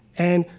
and,